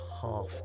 half